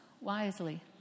wisely